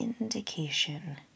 indication